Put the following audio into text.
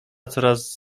coraz